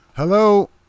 Hello